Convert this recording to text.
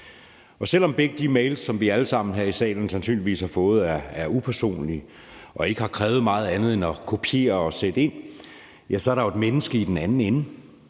Og selv om begge de mails, som vi alle sammen her i salen sandsynligvis har fået, er upersonlige og ikke har krævet meget andet end at kopiere og sætte ind, så er der jo et menneske i den anden ende.